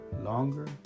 longer